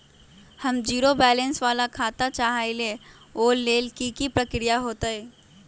हम zero balance वाला खाता चाहइले वो लेल की की प्रक्रिया होतई?